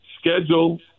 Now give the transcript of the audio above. schedule